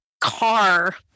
car